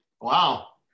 Wow